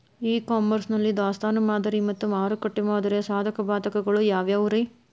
E commerce ನಲ್ಲಿ ದಾಸ್ತಾನು ಮಾದರಿ ಮತ್ತ ಮಾರುಕಟ್ಟೆ ಮಾದರಿಯ ಸಾಧಕ ಬಾಧಕಗಳ ಯಾವವುರೇ?